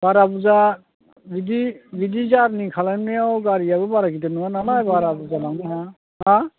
बारा बुरजा बिदि जारनिं खालामनायाव गारियाबो बारा गिदिर नङा नालाय बारा बुरजा लांनो हाया हा